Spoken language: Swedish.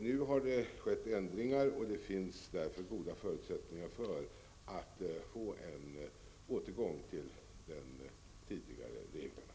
Nu har det skett ändringar, och det finns därför goda förutsättningar för att få en återgång till de tidigare reglerna.